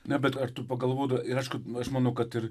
ne bet ar tu pagalvodavai ir aišku aš manau kad ir